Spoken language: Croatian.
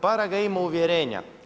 Paraga je imao uvjerenja.